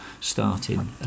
starting